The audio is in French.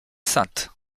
saintes